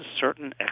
certain